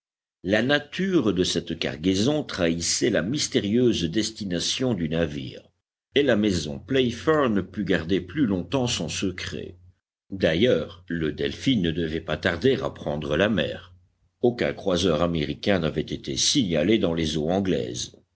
la nature de cette cargaison trahissait la mystérieuse destination du navire et la maison playfair ne put garder plus longtemps son secret d'ailleurs le delphin ne devait pas tarder à prendre la mer aucun croiseur américain n'avait été signalé dans les eaux anglaises